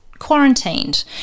quarantined